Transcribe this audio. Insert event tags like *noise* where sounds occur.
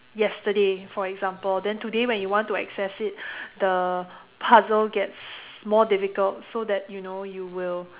yesterday for example then today when you want to access it *breath* the puzzle gets more difficult so that you know you will